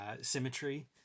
symmetry